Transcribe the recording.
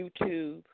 YouTube